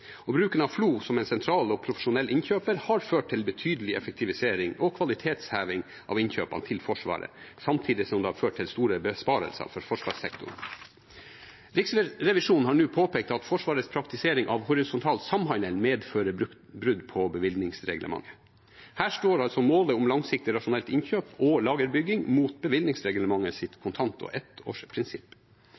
Bruken av FLO som en sentral og profesjonell innkjøper har ført til betydelig effektivisering og kvalitetsheving av innkjøpene til Forsvaret, samtidig som det har ført til store besparelser for forsvarssektoren. Riksrevisjonen har nå påpekt at Forsvarets praktisering av horisontal samhandel medfører brudd på bevilgningsreglementet. Her står altså målet om langsiktig rasjonelt innkjøp og lagerbygging mot bevilgningsreglementets kontant- og